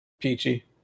peachy